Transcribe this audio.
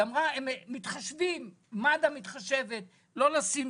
היא אמרה שמד"א מתחשבת ולא ישימו